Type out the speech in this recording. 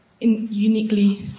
uniquely